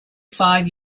five